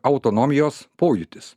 autonomijos pojūtis